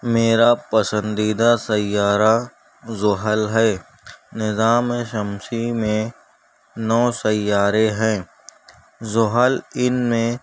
میرا پسندیدہ سیارہ زحل ہے نظام شمسی میں نو سیارے ہیں زحل ان میں